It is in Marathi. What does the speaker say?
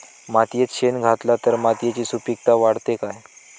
मातयेत शेण घातला तर मातयेची सुपीकता वाढते काय?